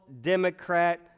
democrat